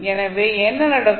எனவே என்ன நடக்கும்